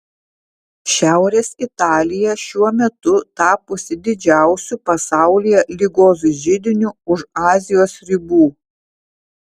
šiaurės italija šiuo metu tapusi didžiausiu pasaulyje ligos židiniu už azijos ribų